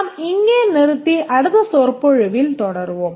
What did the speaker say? நாம் இங்கே நிறுத்தி அடுத்த சொற்பொழிவில் தொடருவோம்